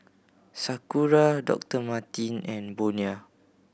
Sakura Doctor Martens and Bonia